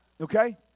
Okay